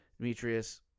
Demetrius